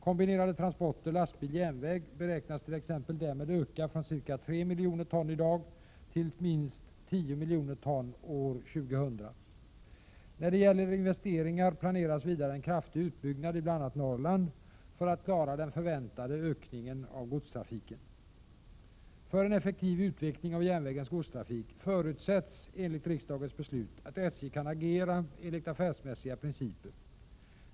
Kombinerade transporter lastbil/järnväg beräknas t.ex. därmed öka från ca 3 miljoner ton i dag till minst 10 miljoner ton år 2000. När det gäller investeringar planeras vidare en kraftig utbyggnad i bl.a. Norrland för att klara den förväntade ökningen av godstrafiken. För en effektiv utveckling av järnvägens godstrafik förutsätts enligt riksdagens beslut att SJ kan agera enligt affärsmässiga principer.